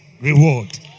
reward